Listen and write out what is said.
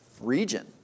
region